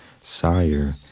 Sire